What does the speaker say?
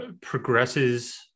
Progresses